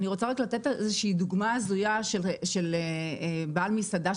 אני רוצה רק לתת דוגמה הזויה של בעל מסעדה,